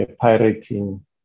pirating